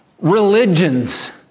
religions